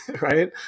right